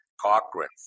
Cochrane